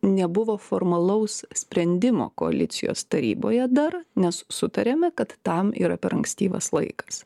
nebuvo formalaus sprendimo koalicijos taryboje dar nes sutarėme kad tam yra per ankstyvas laikas